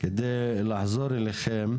כדי לחזור אליכם,